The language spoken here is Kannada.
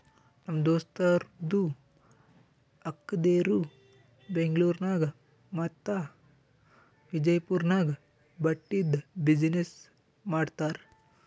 ನಮ್ ದೋಸ್ತದು ಅಕ್ಕಾದೇರು ಬೆಂಗ್ಳೂರ್ ನಾಗ್ ಮತ್ತ ವಿಜಯಪುರ್ ನಾಗ್ ಬಟ್ಟಿದ್ ಬಿಸಿನ್ನೆಸ್ ಮಾಡ್ತಾರ್